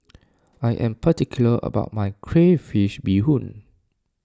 I am particular about my Crayfish BeeHoon